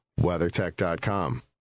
WeatherTech.com